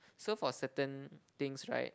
so for certain things right